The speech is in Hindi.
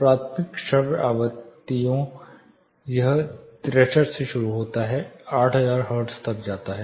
प्राथमिक श्रव्य आवृत्तियों यह 63 से शुरू होता है 8000 हर्ट्ज तक जाता है